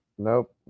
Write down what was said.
Nope